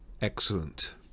excellent